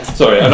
sorry